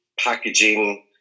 packaging